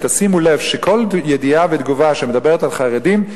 שימו לב שכל ידיעה ותגובה שמדברת על חרדים,